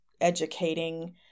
educating